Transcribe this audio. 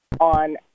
on